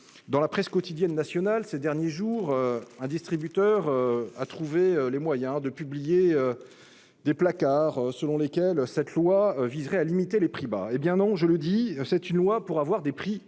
Dans la presse quotidienne nationale, ces derniers jours, un distributeur a trouvé les moyens de publier des placards selon lesquels cette loi viserait à limiter les prix bas. Non, je le dis, cette loi vise à obtenir des prix justes,